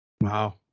Wow